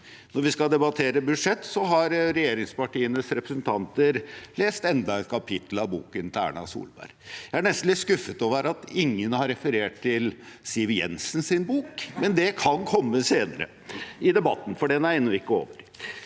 når vi skal debattere budsjett, så har regjeringspartienes representanter lest enda et kapittel av boken til Erna Solberg. Jeg er nesten litt skuffet over at ingen har referert til Siv Jensens bok. Men det kan komme senere i debatten, for den er ennå ikke over.